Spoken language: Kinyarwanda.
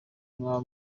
mwaba